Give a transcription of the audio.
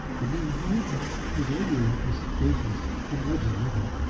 and now he isn't. his ladylove was faithless and loves another,